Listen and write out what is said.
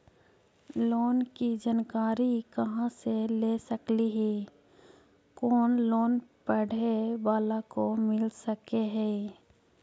Loan की जानकारी कहा से ले सकली ही, कोन लोन पढ़े बाला को मिल सके ही?